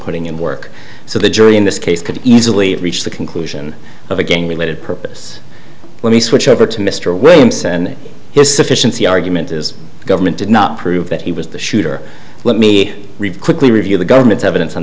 putting in work so the jury in this case could easily reach the conclusion of a gang related purpose let me switch over to mr williams and his sufficiency argument is the government did not prove that he was the shooter let me quickly review the government's evidence on